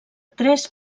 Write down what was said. tres